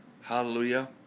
Hallelujah